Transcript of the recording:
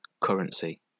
currency